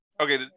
okay